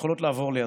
שיכולות לעבור לידך.